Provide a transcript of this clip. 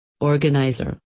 organizer